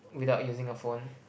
without using a phone